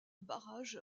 barrage